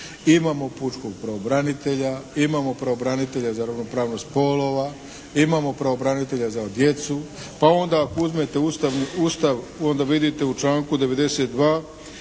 Imamo pučkog pravobranitelja, imamo pravobranitelja za ravnopravnost spolova, imamo pravobranitelja za djecu, pa onda uzmite Ustav onda vidite u članku 92.